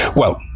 well,